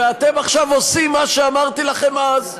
ואתם עכשיו עושים מה שאמרתי לכם אז,